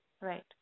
Right